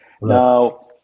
now